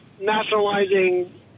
nationalizing